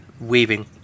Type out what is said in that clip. weaving